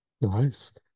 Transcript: Nice